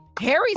harry